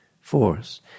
force